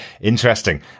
Interesting